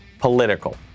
political